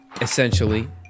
Essentially